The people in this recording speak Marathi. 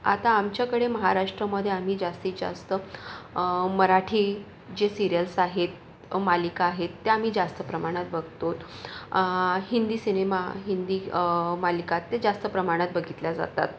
आता आमच्याकडे महाराष्ट्रमध्ये आम्ही जास्तीत जास्त मराठी जे सिरियल्स आहेत मालिका आहेत त्या आम्ही जास्त प्रमाणात बघतो हिंदी सिनेमा हिंदी मालिका ते जास्त प्रमाणात बघितल्या जातात